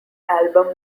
album